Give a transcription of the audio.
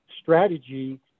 strategy